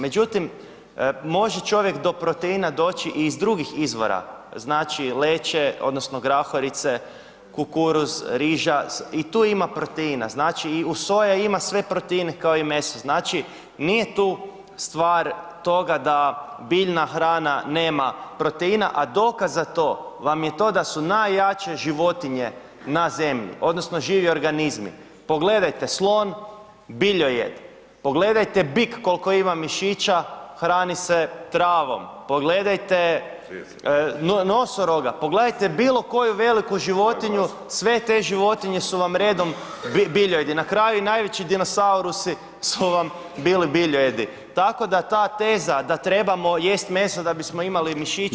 Međutim, može čovjek do proteina doći i iz drugih izvora, znači leće, odnosno grahorice, kukuruz, riža, i tu ima proteina, znači i soja ima sve proteine kao i meso, znači nije tu stvar toga da biljna hrana nema proteina, a dokaz za to vam je to da su najjače životinje na zemlji, odnosno živi organizmi, pogledajte, slon, biljojed, pogledajte bik koliko ima mišića, hrani se travom, pogledajte nosoroga, pogledajte bilo koju veliku životinju, sve te životinje su vam redom biljojedi, na kraju i najveći dinosaurusi su vam bili biljojedi, tako da ta teza da trebamo jesi meso da bismo imali mišiće, [[Upadica: Zahvaljujem.]] ne stoji.